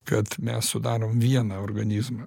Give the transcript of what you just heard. kad mes sudarom vieną organizmą